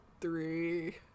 three